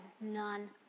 none